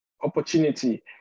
opportunity